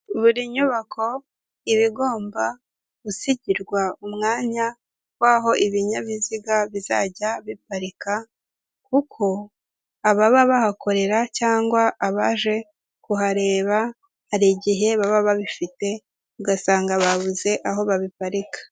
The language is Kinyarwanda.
Buri nyubako iba igomba gusigirwa umwanya w'aho ibinyabiziga bizajya biparika kuko ababa bahakorera cyangwa abaje kuhareba hari igihe baba babifite ugasanga babuze aho babiparika.